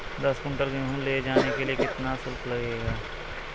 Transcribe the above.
दस कुंटल गेहूँ ले जाने के लिए कितना शुल्क लगेगा?